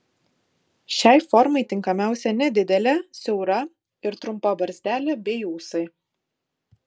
šiai formai tinkamiausia nedidelė siaura ir trumpa barzdelė bei ūsai